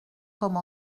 comme